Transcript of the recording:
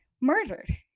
murdered